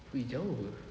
!ee! jauh apa